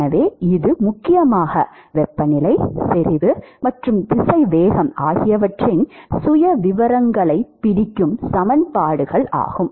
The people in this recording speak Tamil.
எனவே இது முக்கியமாக வெப்பநிலை செறிவு மற்றும் திசைவேகம் ஆகியவற்றின் சுயவிவரங்களைப் பிடிக்கும் சமன்பாடுகள் ஆகும்